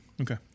Okay